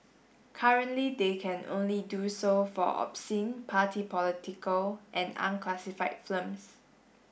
currently they can only do so for obscene party political and unclassified films